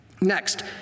Next